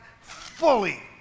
fully